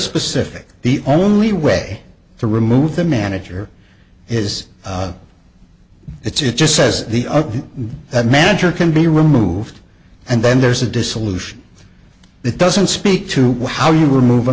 specific the only way to remove the manager is it's just says the other manager can be removed and then there's a dissolution that doesn't speak to how you remove a